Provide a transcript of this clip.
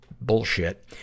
bullshit